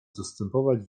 zastępować